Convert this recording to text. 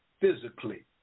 physically